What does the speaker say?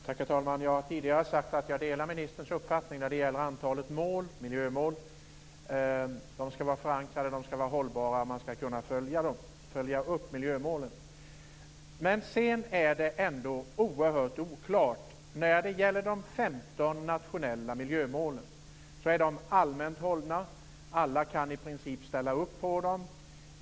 Herr talman! Jag har tidigare sagt att jag delar ministerns uppfattning när det gäller antalet miljömål. De skall vara förankrade och hållbara, och de skall kunna följas upp. Men det är i övrigt oerhört oklart. De 15 nationella miljömålen är allmänt hållna, och alla kan i princip ställa sig bakom dem.